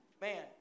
man